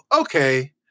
okay